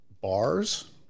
bars